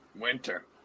Winter